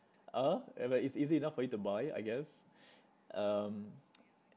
uh and like it's easy enough for you to buy I guess um